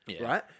right